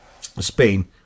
Spain